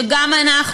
שגם אנחנו,